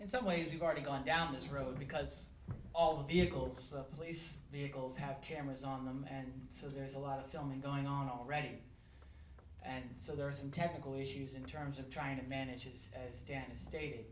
in some ways we've already gone down this road because all the vehicles the police vehicles have cameras on them and so there's a lot of filming going on already and so there are some technical issues in terms of trying to manage is as devastate